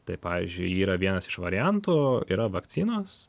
tai pavyzdžiui yra vienas iš variantų yra vakcinos